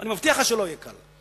אני מבטיח לך שזה לא יהיה קל.